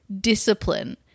discipline